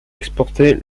exportés